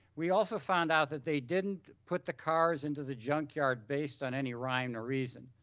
we also found out that they didn't put the cars into the junkyard based on any rhyme or reason.